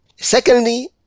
Secondly